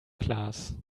class